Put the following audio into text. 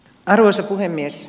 arvoisa puhemies